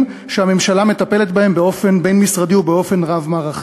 שהממשלה מטפלת בהם באופן בין-משרדי ובאופן רב-מערכתי.